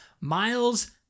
Miles